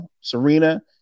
Serena